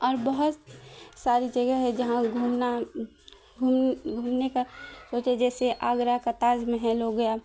اور بہت ساری جگہ ہے جہاں گھومنا گھومنے کا سوچے جیسے آگرہ کا تاج محل ہو گیا